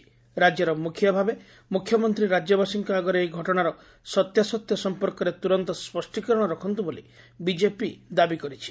ରାକ୍ୟର ମୁଖ୍ଆ ଭାବେ ମୁଖ୍ୟମନ୍ତୀ ରାକ୍ୟବାସୀଙ୍କ ଆଗରେ ଏହି ଘଟଣାର ସତ୍ୟାସତ୍ୟ ସମ୍ପର୍କରେ ତୁରନ୍ତ ସ୍ୱଷୀକରଣ ରଖନ୍ତୁ ବୋଲି ବିଜେପି ଦାବି କରିଛି